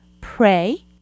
pray